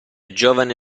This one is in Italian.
giovane